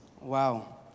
Wow